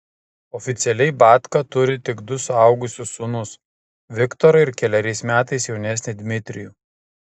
oficialiai batka turi tik du suaugusius sūnus viktorą ir keleriais metais jaunesnį dmitrijų